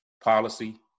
policy